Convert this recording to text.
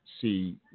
see